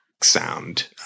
sound